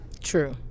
True